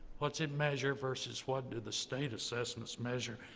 what's it measure versus what do the state assessments measure.